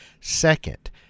Second